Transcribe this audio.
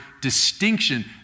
distinction